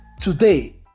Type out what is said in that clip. Today